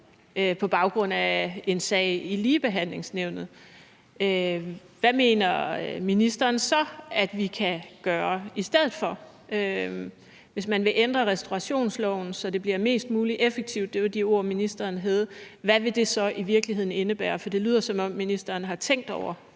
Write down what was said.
på baggrund af en sag i Ligebehandlingsnævnet. Hvad mener ministeren så at vi kan gøre i stedet for? Hvis man vil ændre restaurationsloven, så det bliver mest muligt effektivt – det var de ord, ministeren havde – hvad vil det så i virkeligheden indebære? For det lyder, som om ministeren har tænkt over,